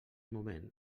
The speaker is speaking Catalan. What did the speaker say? moment